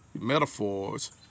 metaphors